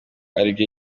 aribyo